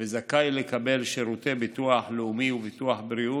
וזכאי לקבל שירותי ביטוח לאומי וביטוח בריאות,